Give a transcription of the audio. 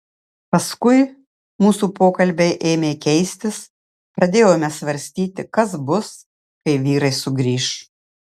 paskui mūsų pokalbiai ėmė keistis pradėjome svarstyti kas bus kai vyrai sugrįš